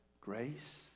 Grace